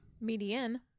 Median